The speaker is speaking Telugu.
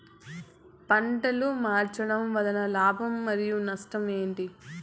పంటలు మార్చడం వలన లాభం మరియు నష్టం ఏంటి